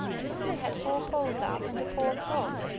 soon they had four poles up and a pole across,